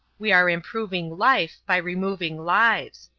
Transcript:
we are improving life by removing lives.